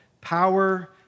power